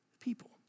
people